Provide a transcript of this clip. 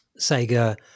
Sega